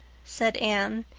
said anne.